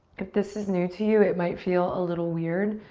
if this is new to you, it might feel a little weird,